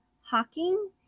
Hawking